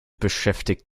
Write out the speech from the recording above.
beschäftigt